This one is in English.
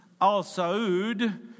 al-Saud